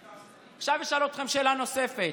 עכשיו, אשאל אתכם שאלה נוספת,